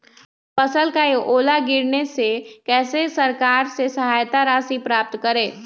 फसल का ओला गिरने से कैसे सरकार से सहायता राशि प्राप्त करें?